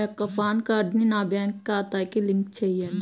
నా యొక్క పాన్ కార్డ్ని నా బ్యాంక్ ఖాతాకి లింక్ చెయ్యండి?